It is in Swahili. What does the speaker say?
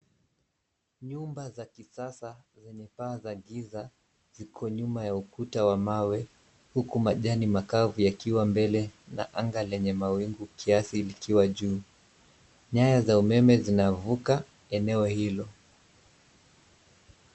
Nyumba za kisasa zenye paa za giza, ziko nyuma ya ukuta wa mawe, huku majani makavu yakiwa mbele, na anga lenye mawingu kiasi likiwa juu, nyaya za umeme zinavuka, eneo hilo.